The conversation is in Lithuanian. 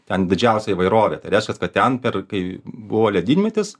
ten didžiausia įvairovė tai reiškias kad ten per kai buvo ledynmetis